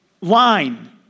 line